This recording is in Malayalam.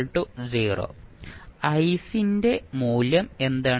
ന്റെ മൂല്യം എന്താണ്